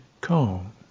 calm